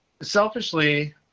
Selfishly